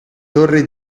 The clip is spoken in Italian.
torre